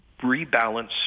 rebalance